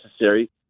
necessary